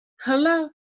Hello